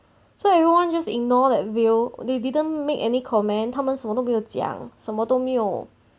so everyone just ignore that veil they didn't make any comment 他们什么都没有讲什么都没有